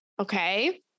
okay